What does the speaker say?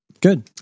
Good